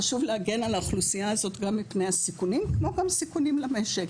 חשוב להגן על האוכלוסייה הזאת גם מפני הסיכונים כמו גם סיכונים למשק.